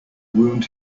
wound